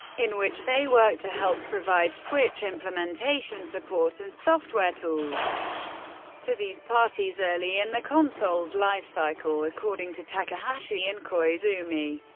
in which they worked to help provide switch implementation support and software tools to these parties early in the console's lifecycle, according to takahashi and koizumi.